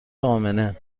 امنه